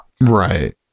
right